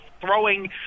throwing